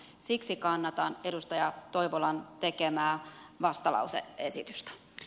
siksi kannatan edustaja toivolan tekemää vastalause esitystä